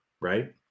right